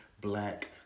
black